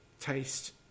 taste